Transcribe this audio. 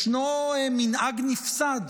ישנו מנהג נפסד